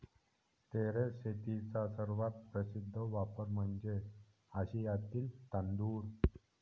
terrace शेतीचा सर्वात प्रसिद्ध वापर म्हणजे आशियातील तांदूळ